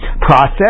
process